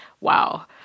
wow